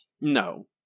No